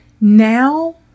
now